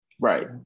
Right